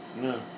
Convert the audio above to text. No